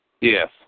Yes